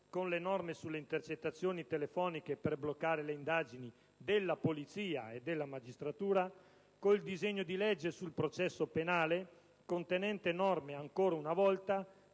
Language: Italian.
con le norme sulle intercettazioni telefoniche per bloccare le indagini della polizia e della magistratura, con il disegno di legge sul processo penale contenente norme ancora una volta